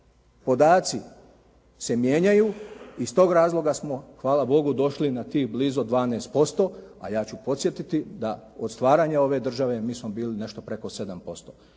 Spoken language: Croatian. podaci se mijenjaju. Iz tog razloga smo hvala Bogu došli na tih blizu 12% a ja ću podsjetiti da od stvaranja ove države mi smo bili nešto preko 7%.